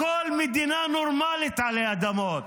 בכל מדינה נורמלית עלי אדמות,